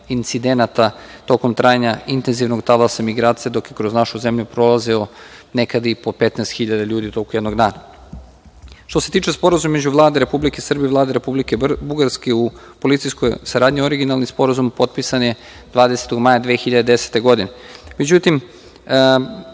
incidenata tokom trajanja intenzivnog talasa migracija dok je kroz našu zemlju prolazilo nekad i po 15.000 ljudi u toku jednog dana. Što se tiče Sporazuma između Vlade Republike Srbije i Vlade Republike Bugarske u policijskoj saradnji, originalni sporazum potpisan je 20. maja 2010. godine.